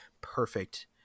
perfect